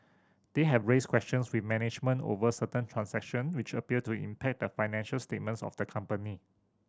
they have raised questions with management over certain transaction which appear to impact the financial statements of the company